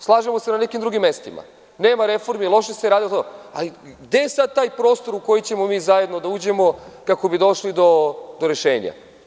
Slažemo se na nekim drugim mestima, nema reformi, loše se radilo, ali gde je sad taj prostor u koji ćemo mi zajedno da uđemo kako bi došli do rešenja.